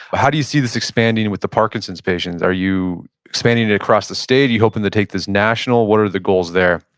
how do you see this expanding with the parkinson's patients? are you expanding it across the state? are you hoping to take this national? what are the goals there?